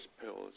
pills